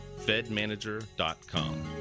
fedmanager.com